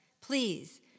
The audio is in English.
Please